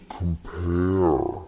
compare